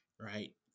right